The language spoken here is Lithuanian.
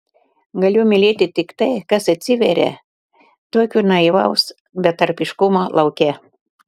galiu mylėti tik tai kas atsiveria tokio naivaus betarpiškumo lauke